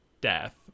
death